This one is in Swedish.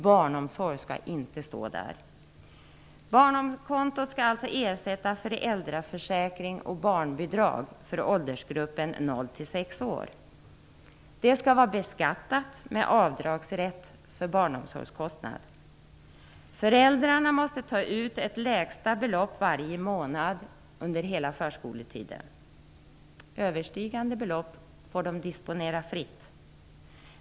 Det skall inte stå barnomsorg där. Barnkontot skall alltså ersätta föräldraförsäkring och barnbidrag för åldersgruppen 0-6 år. Det skall vara beskattat med avdragsrätt för barnomsorgskostnader. Föräldrarna måste ta ut ett lägsta belopp varje månad under hela förskoletiden. Överstigande belopp får de disponera fritt.